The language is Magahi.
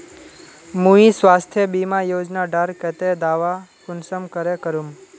मुई स्वास्थ्य बीमा योजना डार केते दावा कुंसम करे करूम?